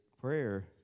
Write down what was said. prayer